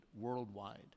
worldwide